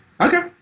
okay